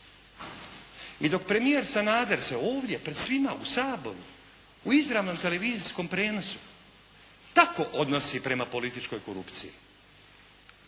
I dok premijer Sanader se ovdje pred svima, u Saboru, i izravnom televizijskom prijenosu tako odnosi prema političkoj korupciji,